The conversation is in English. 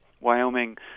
Wyoming